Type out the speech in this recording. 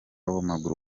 w’amaguru